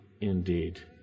indeed